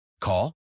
Call